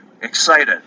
excited